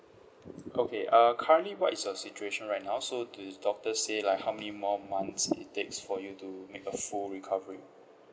okay uh currently what is your situation right now so do the doctor say like how many more months it takes for you to make a full recovery